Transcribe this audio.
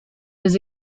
his